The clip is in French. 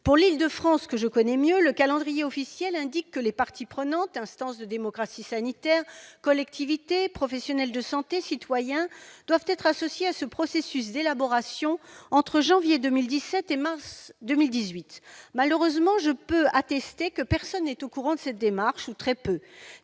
Pour l'Île-de-France, que je connais mieux, le calendrier officiel indique que les parties prenantes, instance de démocratie sanitaire, collectivités, professionnels de santé, citoyens, doivent être associées à ce processus d'élaboration entre janvier 2017 et mars 2018. Malheureusement, je peux attester que personne, ou presque, n'est au courant de cette démarche. Des